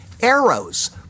arrows